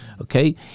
okay